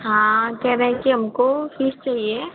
हाँ कह रहे है कि हमको फिश चाहिए